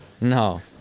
No